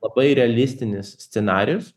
labai realistinis scenarijus